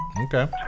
Okay